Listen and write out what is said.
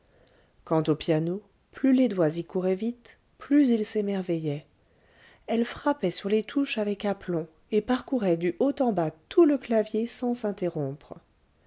quant au piano plus les doigts y couraient vite plus il s'émerveillait elle frappait sur les touches avec aplomb et parcourait du haut en bas tout le clavier sans s'interrompre